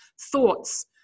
thoughts